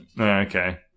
Okay